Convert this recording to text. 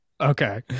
Okay